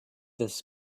this